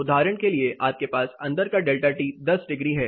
उदाहरण के लिए आपके पास अंदर एक डेल्टा T 10 डिग्री है